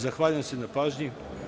Zahvaljujem se na pažnji.